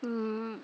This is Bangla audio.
হুম